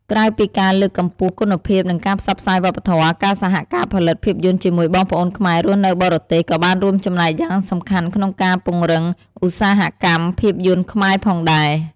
ក្រៅពីការលើកកម្ពស់គុណភាព និងការផ្សព្វផ្សាយវប្បធម៌ ការសហការផលិតភាពយន្តជាមួយបងប្អូនខ្មែររស់នៅបរទេស ក៏បានរួមចំណែកយ៉ាងសំខាន់ក្នុងការ ពង្រឹងឧស្សាហកម្មភាពយន្តខ្មែរ ផងដែរ។